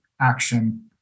action